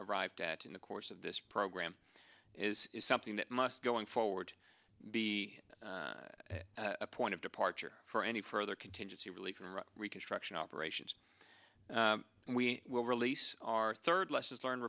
arrived at in the course of this program is something that must going forward be a point of departure for any further contingency relief and reconstruction operations and we will release our third lessons learned